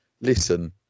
Listen